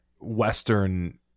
Western